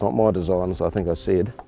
not my design, as i think i said,